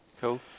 Cool